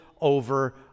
over